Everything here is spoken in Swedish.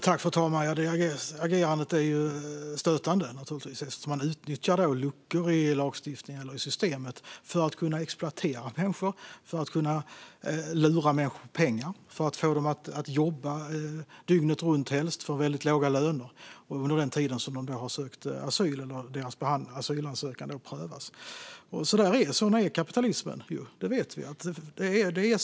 Fru talman! Det agerandet är naturligtvis stötande eftersom man utnyttjar luckor i lagstiftningen eller systemet för att kunna exploatera människor och lura dem på pengar för att få dem att jobba, helst dygnet runt, för väldigt låga löner under den tid då deras asylansökningar prövas. Sådan är kapitalismen - det vet vi ju.